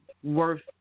worth